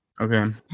Okay